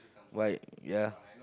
why ya